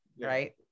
right